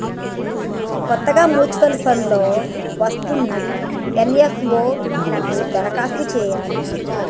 కొత్తగా mutual funds లో వస్తున్న ఎన్.ఎఫ్.ఓ లకు దరఖాస్తు చేయాలి